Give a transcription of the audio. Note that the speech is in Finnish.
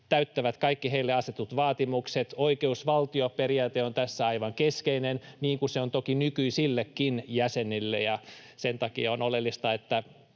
täyttävät kaikki heille asetetut vaatimukset. Oikeusvaltioperiaate on tässä aivan keskeinen, niin kuin se on toki nykyisillekin jäsenille, ja sen takia on oleellista, että